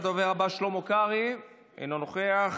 הדובר הבא שלמה קרעי, אינו נוכח.